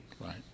Right